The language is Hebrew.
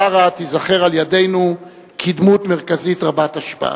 שרה תיזכר אצלנו כדמות מרכזית רבת השפעה.